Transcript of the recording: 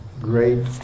great